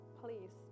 please